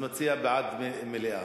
מציע בעד מליאה.